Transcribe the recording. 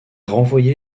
renvoyé